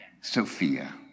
Sophia